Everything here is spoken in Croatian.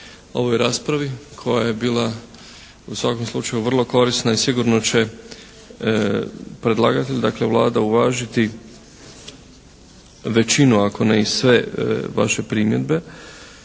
ovoj raspravi koja je bila u svakom slučaju vrlo korisna i sigurno će predlagatelj, dakle Vlada uvažiti većinu, ako ne i sve vaše primjedbe.